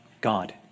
God